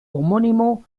homónimo